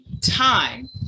time